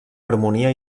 harmonia